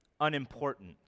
unimportant